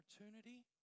opportunity